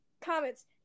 comments